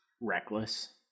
reckless